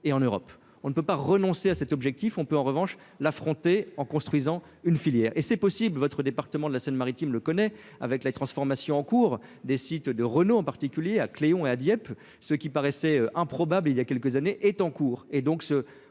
et en Europe, on ne peut pas renoncer à cet objectif, on peut en revanche l'affronter en construisant une filière et c'est possible, votre département de la Seine Maritime le connaît avec les transformations en cours des sites de Renault en particulier, à Cléon et à Dieppe, ce qui paraissait improbable il y a quelques années est en cours